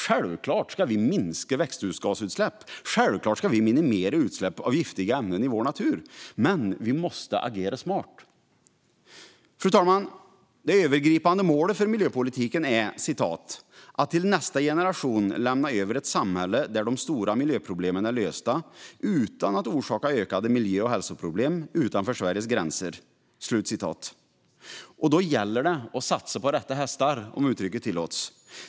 Självklart ska vi minska växthusgasutsläppen, och självklart ska vi minimera utsläppen av giftiga ämnen i vår natur. Men vi måste agera smart. Fru talman! Det övergripande målet för miljöpolitiken är "att till nästa generation lämna över ett samhälle där de stora miljöproblemen är lösta, utan att orsaka ökade miljö och hälsoproblem utanför Sveriges gränser". Då gäller det att satsa på rätt häst, om uttrycket tillåts.